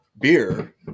beer